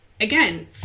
again